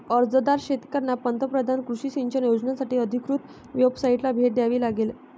अर्जदार शेतकऱ्यांना पंतप्रधान कृषी सिंचन योजनासाठी अधिकृत वेबसाइटला भेट द्यावी लागेल